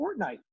Fortnite